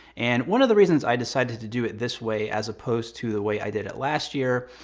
and one of the reasons i decided to do it this way, as opposed to the way i did it last year,